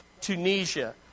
Tunisia